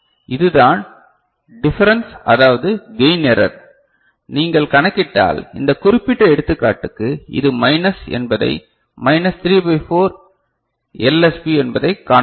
இதுதான் டிபெரன்ஸ் அதாவ்து கையின் எரர் நீங்கள் கணக்கிட்டால் இந்த குறிப்பிட்ட எடுத்துக்காட்டுக்கு இது மைனஸ் என்பதை மைனஸ் 3 பை 4 எல்எஸ்பி என்பதைக் காணலாம்